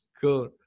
Cool